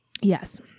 yes